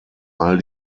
all